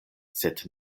sed